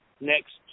Next